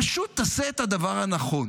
פשוט תעשה את הדבר הנכון.